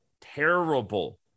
terrible